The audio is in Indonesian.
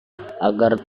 agar